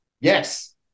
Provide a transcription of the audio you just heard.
Yes